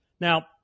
Now